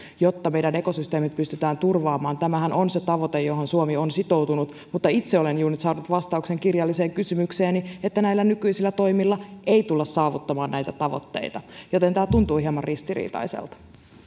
jotta meidän ekosysteemimme pystytään turvaamaan tämähän on se tavoite johon suomi on sitoutunut mutta itse olen juuri nyt saanut vastauksen kirjalliseen kysymykseeni että näillä nykyisillä toimilla ei tulla saavuttamaan näitä tavoitteita joten tämä tuntuu hieman ristiriitaiselta